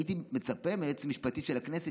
הייתי מצפה מהיועצת המשפטית של הכנסת